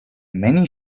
many